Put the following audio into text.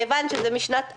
מכיוון שזה משנת 1949,